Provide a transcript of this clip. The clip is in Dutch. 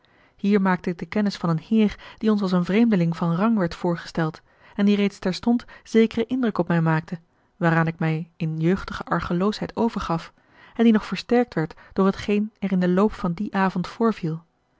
hier maakte ik de kennis van een heer die ons als een vreemdeling van rang werd voorgesteld en die reeds terstond zekeren indruk op mij maakte a l g bosboom-toussaint de delftsche wonderdokter eel waaraan ik mij in jeugdige argeloosheid overgaf en die nog versterkt werd door hetgeen er in den loop van dien avond voorviel